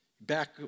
back